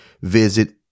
visit